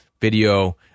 Video